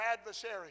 adversary